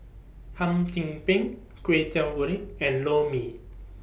Hum Chim Peng Kway Teow Goreng and Lor Mee